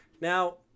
Now